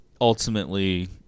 ultimately